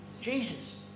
Jesus